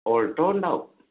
Alto ഉണ്ടാവും